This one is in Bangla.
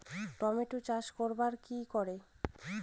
টমেটোর চাষ করব কি করে?